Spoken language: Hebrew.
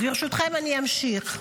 אז ברשותכם, אני אמשיך.